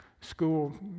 school